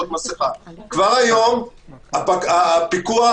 כבר היום הפיקוח